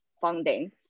funding